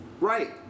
Right